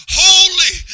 holy